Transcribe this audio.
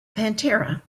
pantera